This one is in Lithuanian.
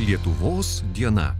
lietuvos diena